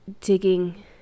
digging